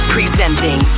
Presenting